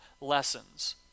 lessons